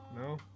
no